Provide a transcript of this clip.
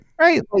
right